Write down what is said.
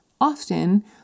often